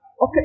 Okay